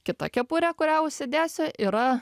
kita kepurė kurią užsidėsiu yra